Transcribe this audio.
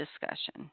discussion